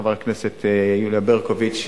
חברת הכנסת יוליה ברקוביץ,